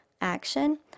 action